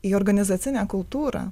į organizacinę kultūrą